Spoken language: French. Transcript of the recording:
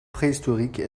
préhistorique